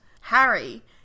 Harry